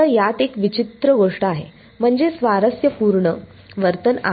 तर यात एक विचित्र गोष्ट आहे म्हणजे स्वारस्य पूर्ण वर्तन आहे